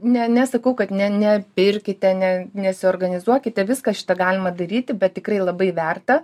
ne nesakau kad ne ne pirkite ne ne suorganizuokite viską šitą galima daryti bet tikrai labai verta